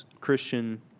Christian